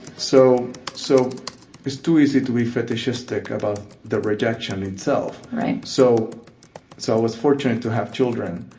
so so it's too easy to be fetishistic about the rejection itself. so so i was fortunate to have children.